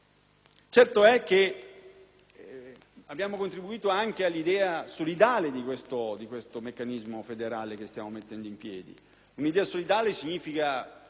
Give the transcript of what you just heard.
abbiamo contribuito anche all'idea solidale del meccanismo federale che stiamo mettendo in piedi. Idea solidale significa attivare meccanismi perequativi